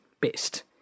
best